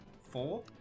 Four